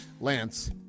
Lance